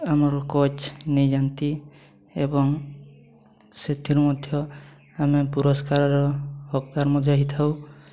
ଆମର କୋଚ୍ ନେଇଯାଆନ୍ତି ଏବଂ ସେଥିରେ ମଧ୍ୟ ଆମେ ପୁରସ୍କାର ହକଦାର ମଧ୍ୟ ହୋଇଥାଉ